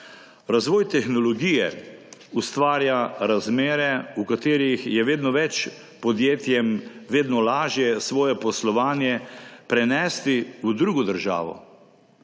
Razvoj tehnologije ustvarja razmere, v katerih je vedno več podjetjem vedno lažje svoje poslovanje prenesti v drugo državo.